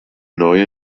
neue